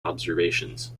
observations